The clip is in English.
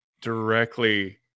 directly